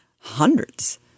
hundreds